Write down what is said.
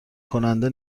کننده